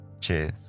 Cheers